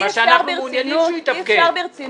ואנחנו מעוניינים שהוא יתפקד.